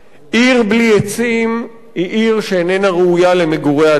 עיר בלי עצים היא עיר שאיננה ראויה למגורי אדם.